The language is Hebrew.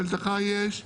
מלתחה-יש,